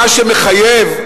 מה שמחייב,